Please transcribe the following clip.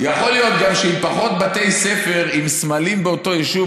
גם יכול להיות שעם פחות בתי ספר עם סמלים באותו יישוב,